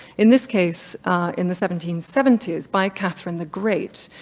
in this case in the seventeen seventy s by catherine the great,